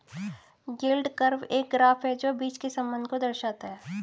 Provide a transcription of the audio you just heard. yield curve एक graph है जो बीच के संबंध को दर्शाता है